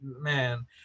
man